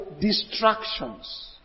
distractions